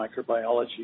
microbiology